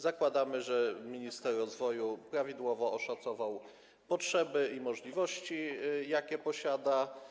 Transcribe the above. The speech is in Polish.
Zakładamy, że minister rozwoju prawidłowo oszacował potrzeby i możliwości, jakie posiada.